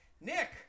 Nick